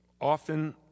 Often